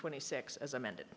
twenty six as amended